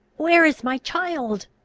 where is my child?